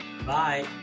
Bye